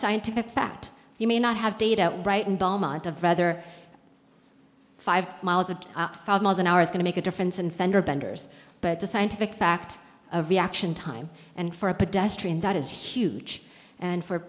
scientific fact you may not have data right in belmont of rather five miles of five miles an hour is going to make a difference in fender benders but the scientific fact of reaction time and for a pedestrian that is huge and for